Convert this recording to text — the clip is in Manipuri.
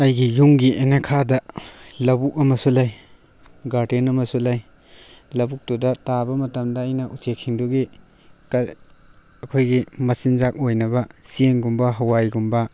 ꯑꯩꯒꯤ ꯌꯨꯝꯒꯤ ꯌꯦꯟꯅꯈꯥꯗ ꯂꯧꯕꯨꯛ ꯑꯃꯁꯨ ꯂꯩ ꯒꯥꯔꯗꯦꯟ ꯑꯃꯁꯨ ꯂꯩ ꯂꯧꯕꯨꯛꯇꯨꯗ ꯇꯥꯕ ꯃꯇꯝꯗ ꯑꯩꯅ ꯎꯆꯦꯛꯁꯤꯡꯗꯨꯒꯤ ꯑꯩꯈꯣꯏꯒꯤ ꯃꯆꯤꯟꯖꯥꯛ ꯑꯣꯏꯅꯕ ꯆꯦꯡꯒꯨꯝꯕ ꯍꯋꯥꯏꯒꯨꯝꯕ